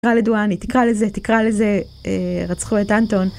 תקרא לדואני, תקרא לזה, תקרא לזה, רצחו את אנטון.